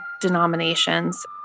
denominations